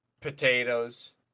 potatoes